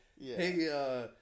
Hey